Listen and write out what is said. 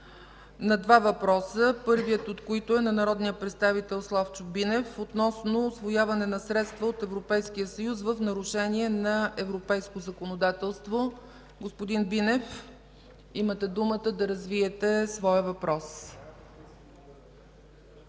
на два въпроса, първият от които е на народния представител Слави Бинев относно усвояване на средства от Европейския съюз в нарушение на европейското законодателство. Господин Бинев, имате думата да развиете своя въпрос.